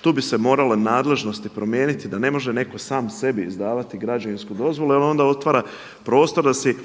tu bi se morale nadležnosti promijeniti, da ne može netko sam sebi izdavati građevinsku dozvolu, jer onda otvara prostor da si